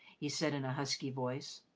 he said in a husky voice.